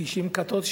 כ-90 כתות,